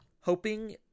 hoping